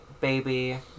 baby